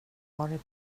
varit